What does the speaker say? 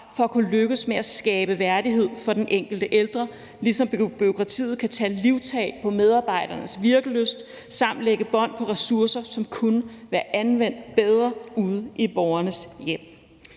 for at kunne lykkes med at skabe værdighed for den enkelte ældre, ligesom bureaukratiet kan tage livtag på medarbejdernes virkelyst samt lægge bånd på ressourcer, som kunne være anvendt bedre ude i borgernes hjem.